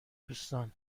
دوستان